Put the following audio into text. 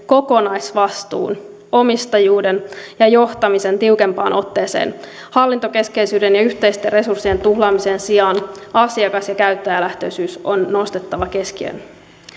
kokonaisvastuun omistajuuden ja johtamisen tiukempaan otteeseen hallintokeskeisyyden ja yhteisten resurssien tuhlaamisen sijaan asiakas ja käyttäjälähtöisyys on nostettava keskiöön